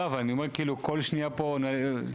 לא, אני אומר, כל שנייה פה אני מתבשר,